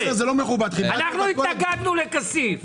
אנחנו התנגדנו לכסיף.